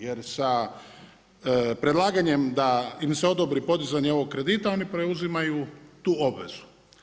Jer sa predlaganjem da im se odbori podizanje ovog kredita, oni preuzimaju tu obvezu.